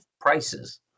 prices